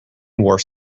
wore